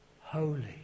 holy